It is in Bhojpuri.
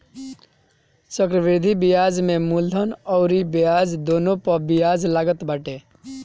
चक्रवृद्धि बियाज में मूलधन अउरी ब्याज दूनो पअ बियाज लागत बाटे